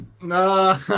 No